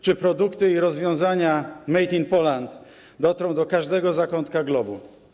Czy produkty i rozwiązania „made in Poland” dotrą do każdego zakątka globu?